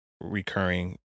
recurring